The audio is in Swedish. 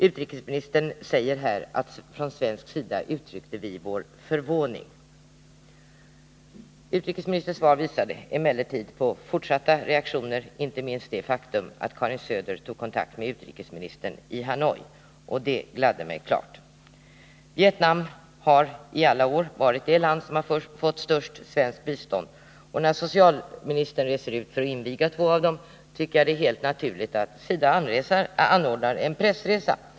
Utrikesministern säger i svaret att vi från svensk sida uttryckte vår ”förvåning” över att visering inte beviljats. Utrikesministerns svar redovisar emellertid fortsatta reaktioner, inte minst det faktum att Karin Söder tog kontakt med utrikesministern i Hanoi. Det gladde mig mycket. Vietnam har i åratal varit det land som fått störst svenskt bistånd. Och när den svenska socialministern reser till Vietnam för att inviga två av de mycket stora svenska projekten finner jag det helt naturligt att SIDA i det sammanhanget anordnar en pressresa.